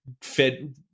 fed